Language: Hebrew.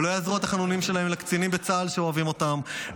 ולא יעזרו התחנונים שלהם לקצינים בצה"ל שאוהבים אותם,